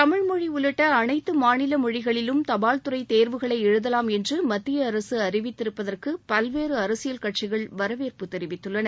தமிழ்மொழி உள்ளிட்ட அனைத்து மாநில மொழிகளிலும் தபால் துறை தேர்வுகளை எழுதலாம் என்று மத்திய அரசு அறிவித்திருப்பதற்கு பல்வேறு அரசியல் கட்சிகள் வரவேற்பு தெரிவித்துள்ளன